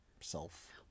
self